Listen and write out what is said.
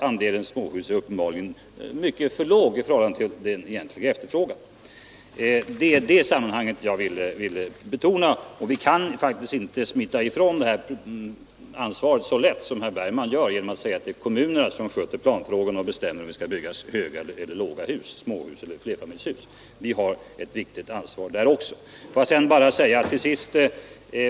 Andelen småhus är uppenbarligen mycket för låg i förhållande till den egentliga efterfrågan. Det är detta sammanhang jag vill betona. Vi kan faktiskt inte smita ifrån det här ansvaret så lätt som herr Bergman vill göra genom att säga att det är kommunerna som sköter planfrågorna och bestämmer om det skall byggas höga eller låga hus, flerfamiljshus eller småhus. Vi har ett viktigt ansvar också i detta avseende.